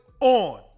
on